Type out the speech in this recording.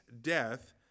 death